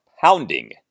pounding